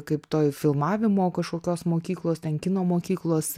kaip toj filmavimo kažkokios mokyklos ten kino mokyklos